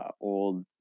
old